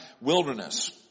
wilderness